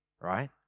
right